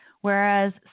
whereas